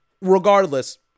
Regardless